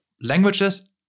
languages